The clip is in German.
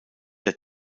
der